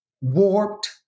warped